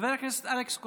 חבר הכנסת אלכס קושניר,